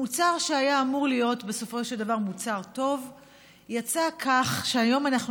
המוצר שהיה אמור להיות בסופו של דבר מוצר טוב יצא כך שהיום אנחנו